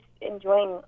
enjoying